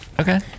Okay